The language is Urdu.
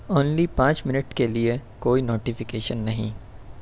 اونلی پانچ منٹ کے لیے کوئی نوٹیفیکیشن نہیں